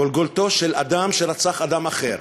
גולגולתו של אדם שרצח אדם אחר,